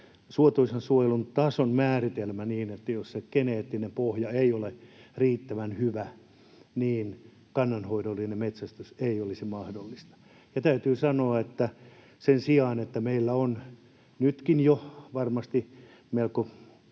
suotuisan suojelun tason määritelmän, että jos sen geneettinen pohja ei ole riittävän hyvä, niin kannanhoidollinen metsästys ei olisi mahdollista. Täytyy sanoa, että sen sijaan, että meillä on jo nyt varmasti melko